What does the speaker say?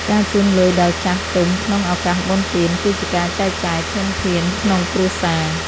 ការជូនលុយដល់ចាស់ទុំក្នុងឱកាសបុណ្យទាន គឺជាការចែកចាយធនធានក្នុងគ្រួសារ។